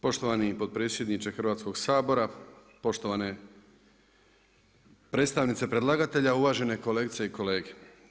Poštovani potpredsjedniče Hrvatskog sabora, poštovane predstavnice predlagatelje, uvažene kolegice i kolege.